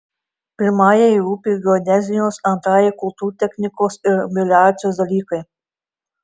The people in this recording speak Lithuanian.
pirmajai rūpi geodezijos antrajai kultūrtechnikos ir melioracijos dalykai